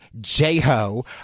J-Ho